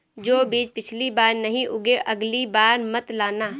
जो बीज पिछली बार नहीं उगे, अगली बार मत लाना